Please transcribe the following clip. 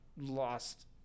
lost